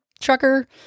trucker